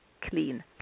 clean